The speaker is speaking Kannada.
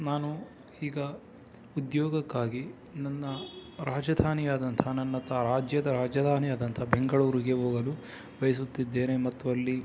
ನಾನು ಈಗ ಉದ್ಯೋಗಕ್ಕಾಗಿ ನನ್ನ ರಾಜಧಾನಿಯಾದಂತಹ ನನ್ನ ರಾಜ್ಯದ ರಾಜಧಾನಿಯಾದಂತಹ ಬೆಂಗಳೂರಿಗೆ ಹೋಗಲು ಬಯಸುತ್ತಿದ್ದೇನೆ ಮತ್ತು ಅಲ್ಲಿ